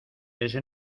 ese